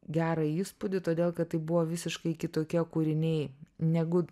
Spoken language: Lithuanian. gerą įspūdį todėl kad tai buvo visiškai kitokie kūriniai negu